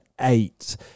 eight